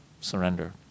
surrender